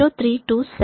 0327 j 0